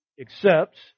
accepts